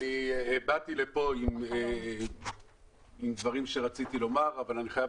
אני באתי לפה עם דברים שרציתי לומר אבל אני חייב